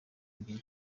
kugira